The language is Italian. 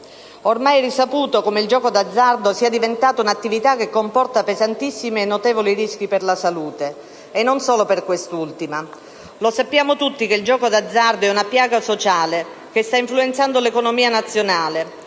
ormai risaputo che il gioco d'azzardo è diventato un'attività che comporta pesantissimi e notevoli rischi per la salute e non solo per quest'ultima. Lo sappiamo tutti che il gioco d'azzardo è una piaga sociale che sta influenzando l'economia nazionale,